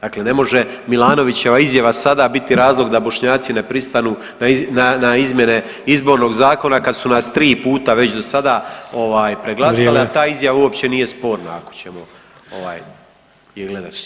Dakle ne može Milanovićeva izjava sada biti razlog da Bošnjaci ne pristanu na izmjene Izbornog zakona kad su nas tri puta već do sada preglasali, a [[Upadica: Vrijeme.]] ta izjava uopće nije sporna, ako ćemo ovaj ili onaj